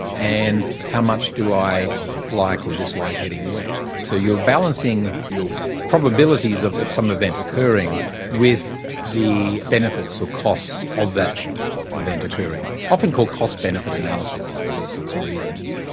and how much do i like or dislike getting wet? so you're balancing your probabilities of of some event occurring with the benefits or so costs of that event occurring often called cost-benefit analysis for these sorts of reasons.